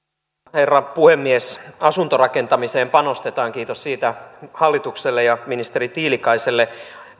herra puhemies asuntorakentamiseen panostetaan kiitos siitä hallitukselle ja ministeri tiilikaiselle